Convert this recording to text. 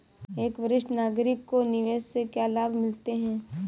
एक वरिष्ठ नागरिक को निवेश से क्या लाभ मिलते हैं?